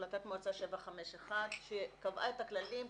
החלטת מועצה 751 שקבעה את הכללים,